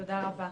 תודה רבה.